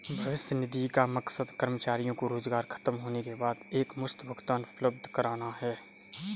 भविष्य निधि का मकसद कर्मचारियों को रोजगार ख़तम होने के बाद एकमुश्त भुगतान उपलब्ध कराना है